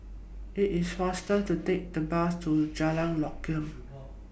IT IS faster to Take The Bus to Jalan Lokam